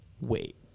Wait